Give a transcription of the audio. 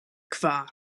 kvar